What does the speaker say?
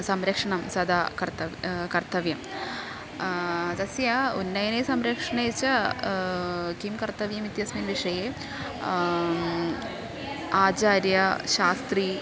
संरक्षणं सदा कर्तव्यं कर्तव्यं तस्य उन्नयने संरक्षणे च किं कर्तव्यम् इत्यस्मिन् विषये आचार्यः शास्त्री